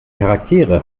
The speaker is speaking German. charaktere